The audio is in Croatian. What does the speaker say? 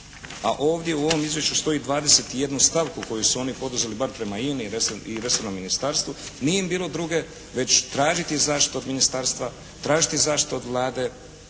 a ovdje u ovom izvješću stoji 21 stavku koju su oni poduzeli bar prema INA-i i resornom ministarstvu nije im bilo druge već tražiti zaštitu od ministarstva, tražiti zaštitu od Vlade